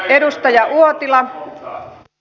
arvoisa rouva puhemies